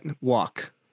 Walk